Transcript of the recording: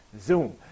zoom